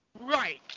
right